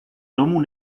tomu